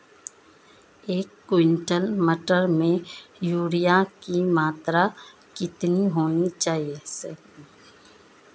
एक क्विंटल मटर में यूरिया की सही मात्रा कितनी होनी चाहिए?